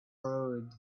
road